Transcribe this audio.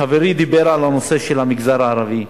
חברי דיבר על הנושא של המגזר הערבי.